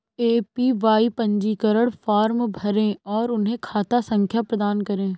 APY पंजीकरण form भरें और उन्हें खाता संख्या प्रदान करें